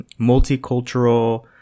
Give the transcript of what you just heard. multicultural